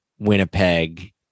Winnipeg